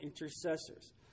intercessors